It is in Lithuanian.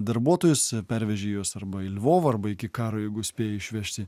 darbuotojus pervežei juos arba į lvovą arba iki karo jeigu spėjai išvežti